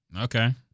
Okay